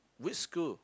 which school